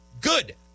good